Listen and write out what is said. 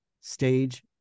stage